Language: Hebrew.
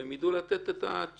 והם ידעו לתת את התשובה